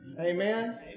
Amen